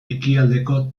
ekialdeko